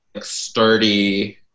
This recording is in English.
sturdy